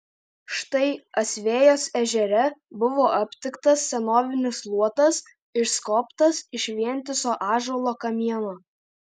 štai asvejos ežere buvo aptiktas senovinis luotas išskobtas iš vientiso ąžuolo kamieno